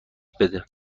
بده